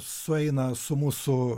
sueina su mūsų